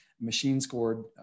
Machine-scored